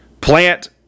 plant